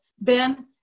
Ben